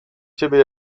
ciebie